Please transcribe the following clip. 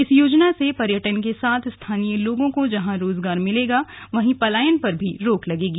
इस योजना से पर्यटन के साथ स्थानीय लोगों को जहां रोजगार मिलेगा वहीं पलायन पर भी रोक लगेगी